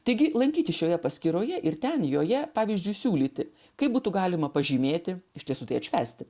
taigi lankytis šioje paskyroje ir ten joje pavyzdžiui siūlyti kaip būtų galima pažymėti iš tiesų tai atšvęsti